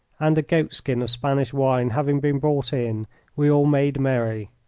and a goat-skin of spanish wine having been brought in we all made merry.